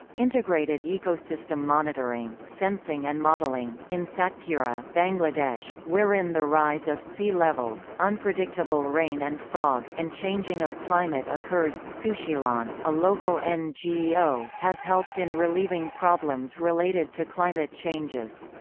integrated ecosystem monitoring, sensing and modelling in satkhira, bangladesh, wherein the rise of sea levels, unpredictable rain and fog, and changing of climate occurs sushilan, a local ngo, has helped in relieving problems related to climate changes.